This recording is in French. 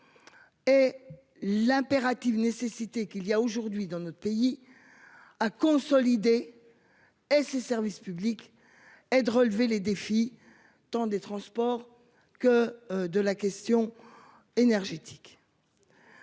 Et l'impérative nécessité qu'il y a aujourd'hui dans notre pays. A consolidé. Et ses services publics et de relever les défis tant des transports que de la question énergétique.